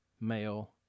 male